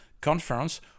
conference